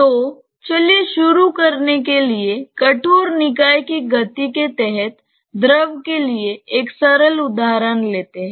तो चलिए शुरू करने के लिए कठोर निकाय की गति के तहत द्रव के लिए एक सरल उदाहरण लेते हैं